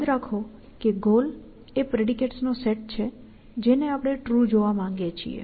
યાદ રાખો કે ગોલ એ પ્રેડિકેટ્સ નો સેટ છે જેને આપણે ટ્રુ જોવા માંગીએ છીએ